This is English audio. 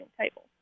table